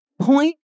Point